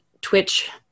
Twitch